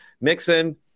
Mixon